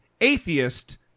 atheist